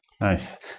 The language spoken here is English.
Nice